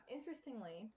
Interestingly